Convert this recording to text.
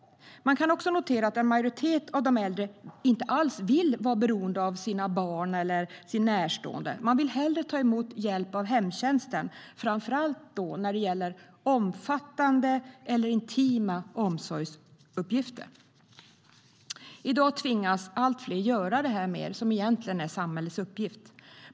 Man kan också notera att en majoritet av de äldre inte alls vill vara beroende av sina barn eller sin närstående. Man vill hellre ta emot hjälp av hemtjänsten, framför allt när det gäller omfattande eller intima omsorgsuppgifter. I dag tvingas allt fler göra alltmer av det som är samhällets uppgift.